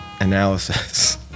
analysis